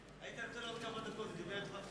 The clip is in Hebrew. היית נותן לו עוד כמה דקות, הוא דיבר לטובתכם.